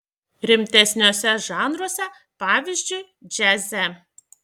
rimtesniuose žanruose pavyzdžiui džiaze